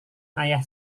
ayah